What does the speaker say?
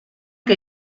que